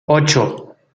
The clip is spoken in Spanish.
ocho